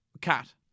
cat